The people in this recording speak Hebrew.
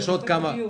יש פה עוד כמה.